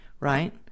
right